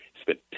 spent